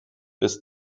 bis